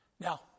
Now